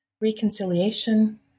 reconciliation